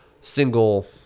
single